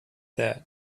that